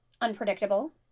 unpredictable